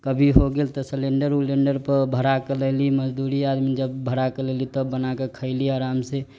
कभी हो गेल तऽ सिलेंडर उलेंडर पर भरा के लेली मजदूरी आदमी जब भरा के लयली तब बना के खयली आराम से